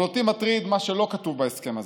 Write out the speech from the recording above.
אבל אותי מטריד מה שלא כתוב בהסכם הזה.